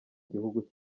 gihugu